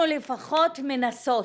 אנחנו לפחות מנסות,